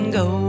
go